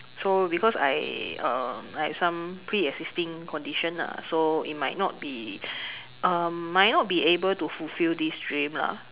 so because I um have some pre existing condition lah so it might not be um might not be able to fulfill this dream lah